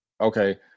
Okay